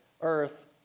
earth